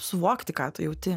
suvokti ką tu jauti